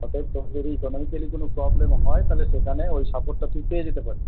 অতএব তোর যদি ইকোনমিক্যালি কোনো প্রবলেম হয় তাহলে সেখানে ওই সাপোর্টটা তুই পেয়ে যেতে পারবি